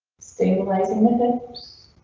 stabilizing within.